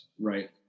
Right